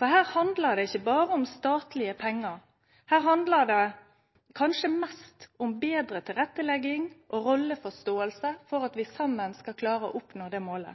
til. Her handlar det ikkje berre om statlege pengar, her handlar det kanskje mest om betre tilrettelegging og om rolleforståing for at vi saman skal klare å nå målet.